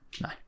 No